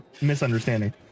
misunderstanding